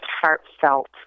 heartfelt